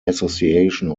association